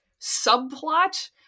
subplot